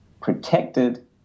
protected